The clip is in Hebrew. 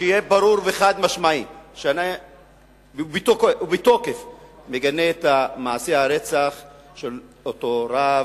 שיהיה ברור וחד-משמעי שאני מגנה בתוקף את מעשה הרצח של אותו רב.